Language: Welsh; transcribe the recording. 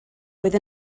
oedd